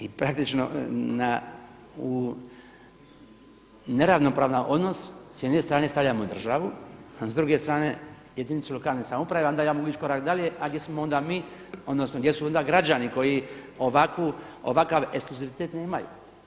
I praktično u neravnopravan odnos s jedne strane stavljamo državu a s druge strane jedinicu lokalne samouprave a onda ja mogu ići korak dalje, a gdje smo onda mi, odnosno gdje su onda građani koji ovakav ekskluzivitet nemaju.